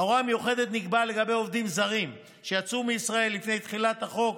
הוראה מיוחדת נקבעה לגבי עובדים זרים שיצאו מישראל לפני תחילת החוק